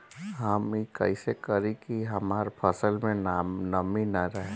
हम ई कइसे करी की हमार फसल में नमी ना रहे?